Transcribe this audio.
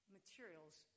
materials